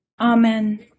Amen